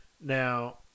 Now